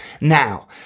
now